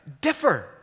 differ